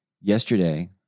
Yesterday